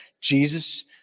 Jesus